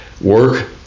Work